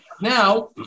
Now